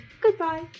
Goodbye